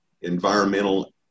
environmental